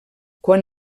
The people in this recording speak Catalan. quan